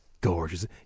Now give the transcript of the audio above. gorgeous